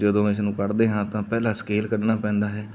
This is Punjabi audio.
ਜਦੋਂ ਇਸ ਨੂੰ ਕੱਢਦੇ ਹਾਂ ਤਾਂ ਪਹਿਲਾਂ ਸਕੇਲ ਕੱਢਣਾ ਪੈਂਦਾ ਹੈ